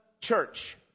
church